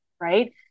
right